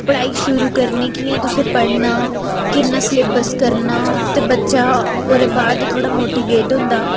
पढ़ाई शुरू करनी कि'यां तुसें पढ़ना किन्ना सलेबस करना ते बच्चा ओह्दे बाद थोह्ड़ा मोटीवेट होंदा